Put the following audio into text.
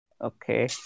Okay